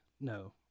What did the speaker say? No